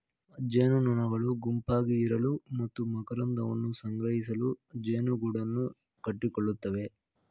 ಜೇನುನೊಣಗಳು ಗುಂಪಾಗಿ ಇರಲು ಮತ್ತು ಮಕರಂದವನ್ನು ಸಂಗ್ರಹಿಸಲು ಜೇನುಗೂಡನ್ನು ಕಟ್ಟಿಕೊಳ್ಳುತ್ತವೆ